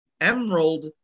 Emerald